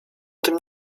tym